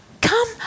come